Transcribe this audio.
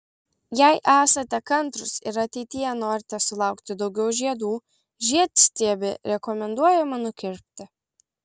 jei esate kantrūs ir ateityje norite sulaukti daugiau žiedų žiedstiebį rekomenduojama nukirpti